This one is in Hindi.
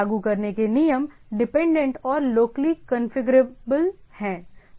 लागू करने के लिए नियम डिपेंडेंट और लोकली कंफीग्रेबल हैं